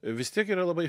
vis tiek yra labai